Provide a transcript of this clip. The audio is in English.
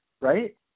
right